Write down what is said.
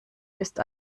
ist